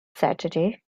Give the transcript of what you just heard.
saturday